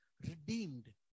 redeemed